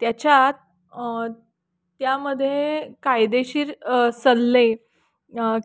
त्याच्यात त्यामध्ये कायदेशीर सल्ले